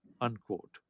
unquote